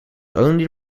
only